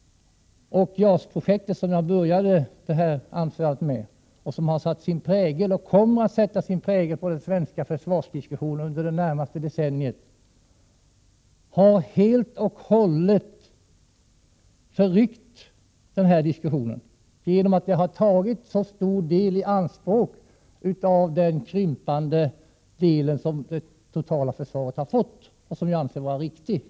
JAS-projektet, som jag började tala om, och som har satt sin prägel och kommer att sätta sin prägel på den svenska försvarsdiskussionen under det närmaste decenniet, har helt och hållet förryckt det hela. Orsaken är den att projektet har tagit så stor del i anspråk av de krympande anslag som det totala försvaret har fått.